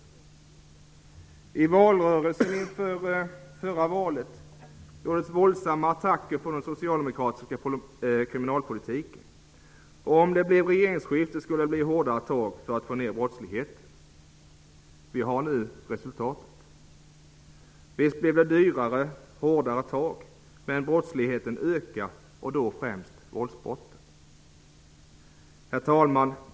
Under valrörelsen inför förra valet gjordes våldsamma attacker på den socialdemokratiska kriminalpolitiken. Man lovade att det skulle bli hårdare tag för att få ned brottsligheten om det blev regeringsskifte. Vi ser nu resultatet. Visst blev det hårdare tag och visst blev det dyrare, men brottsligheten ökar. Det gäller främst våldsbrotten. Herr talman!